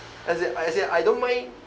as in I as in I don't mind